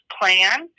plan